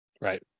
Right